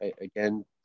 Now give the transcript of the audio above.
again